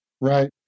Right